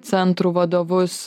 centrų vadovus